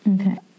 Okay